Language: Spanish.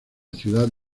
ciudad